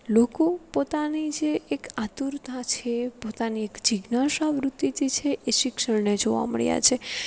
લોકો પોતાની જે એક આતુરતા છે પોતાની એક જીજ્ઞાસા વૃત્તિ છે એ શિક્ષણને જોવા મળ્યાં છે